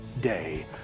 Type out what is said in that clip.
day